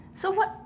so what